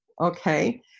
Okay